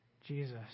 Jesus